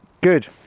good